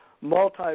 multi